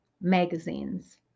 magazines